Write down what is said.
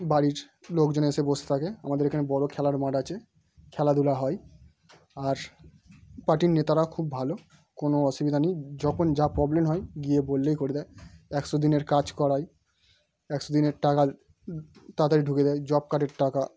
বাড়ির লোকজন এসে বসে থাকে আমাদের এখানে বড় খেলার মাঠ আছে খেলাধুলা হয় আর পার্টির নেতারা খুব ভালো কোনো অসুবিধা নেই যখন যা প্রবলেম হয় গিয়ে বললেই করে দেয় একশো দিনের কাজ করায় একশো দিনের টাকা তাড়াতাড়ি ঢুকিয়ে দেয় জব কার্ডের টাকা